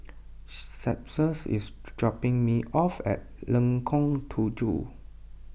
Cephus is dropping me off at Lengkong Tujuh